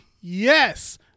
yes